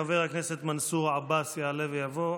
חבר הכנסת מנסור עבאס יעלה ויבוא,